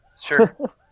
sure